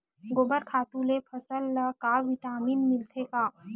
गोबर खातु ले फसल ल का विटामिन मिलथे का?